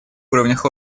уровнях